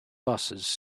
busses